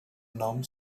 nom